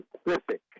specific